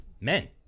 men